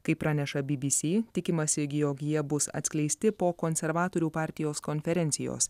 kaip praneša bbc tikimasi jog jie bus atskleisti po konservatorių partijos konferencijos